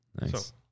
Nice